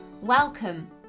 Welcome